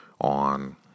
on